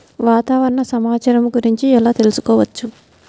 వాతావరణ సమాచారము గురించి ఎలా తెలుకుసుకోవచ్చు?